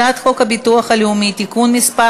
הצעת חוק הביטוח הלאומי (תיקון מס'